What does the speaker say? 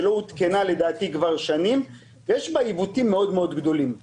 שלדעתי לא עודכנה כבר שנים ויש בה עיוותים גדולים מאוד.